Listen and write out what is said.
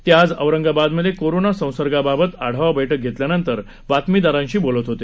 ते आज औरंगाबादमधे कोरोना संसर्गासंदर्भात आढावा बैठक घेतल्यानंतर बातमीदारांशी बोलत होते